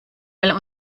weil